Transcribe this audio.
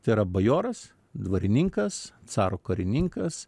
tai yra bajoras dvarininkas caro karininkas